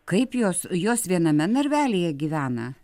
kaip jos jos viename narvelyje gyvena